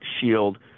Shield